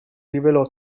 rivelò